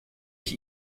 ich